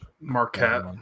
Marquette